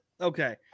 Okay